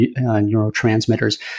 neurotransmitters